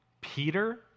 Peter